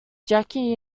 jackie